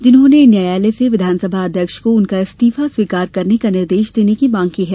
जिन्होंने न्यायालय से विधानसभा अध्यक्ष को उनका इस्तीफा स्वीकार करने का निर्देश देने की मांग की है